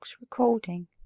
recording